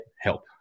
help